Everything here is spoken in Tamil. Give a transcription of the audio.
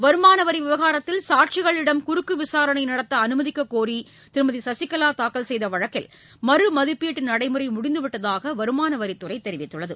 வருமான வரி விவகாரத்தில் சாட்சிகளிடம் குறுக்கு விசாரணை நடத்த அனுமதிக்கக்கோரி திருமதி கசிகலா தாக்கல் செய்த வழக்கில் மறுமதிப்பீட்டு நடைமுறை முடிந்துவிட்டதாக வருமான வரித்துறை தெரிவித்துள்ளது